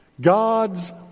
God's